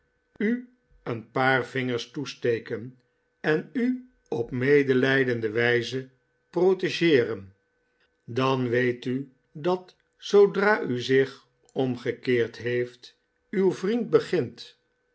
u een paar vingers toesteken en u op medelijdende wijze protegeeren dan weet u dat zoodra u zich omgekeerd heeft uw vriend begint